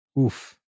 oof